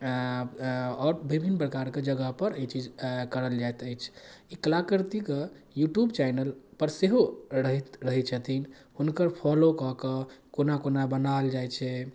आओर विभिन्न प्रकारके जगहपर ई चीज करल जाइत अछि ई कलाकृतिके यूट्यूब चैनलपर सेहो रहैत रहै छथिन हुनकर फॉलो कऽ कऽ कोना कोना बनाओल जाइ छै